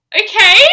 okay